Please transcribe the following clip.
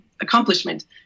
accomplishment